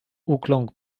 ukląkł